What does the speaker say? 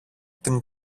την